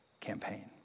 campaign